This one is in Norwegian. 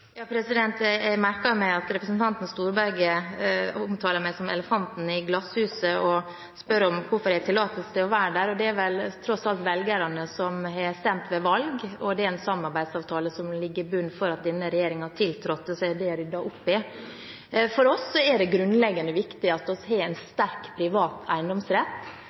Jeg merket meg at representanten Storberget omtaler meg som en elefant i et glasshus, og spør om jeg har tillatelse til å være der. Det er tross alt velgerne som har stemt ved valg, og det er en samarbeidsavtale som ligger i bunnen ved at denne regjeringen tiltrådte – så er det ryddet opp i. For oss er det grunnleggende viktig at vi har en sterk, privat eiendomsrett.